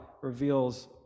reveals